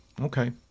Okay